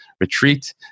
retreat